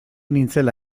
nintzela